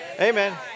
amen